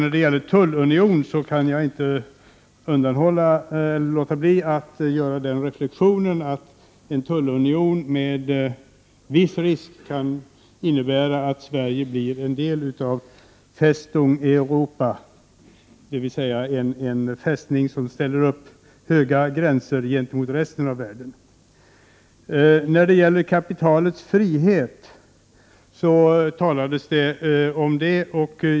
När det gäller tullunionen, statsrådet Anita Gradin, kan jag inte låta bli att gör den reflexionen att det finns en viss risk att Sverige blir en del av Festung Europa — dvs. en fästning med höga murar mot övriga världen. Det har talats om kapitalets frihet.